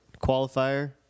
qualifier